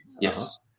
yes